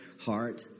heart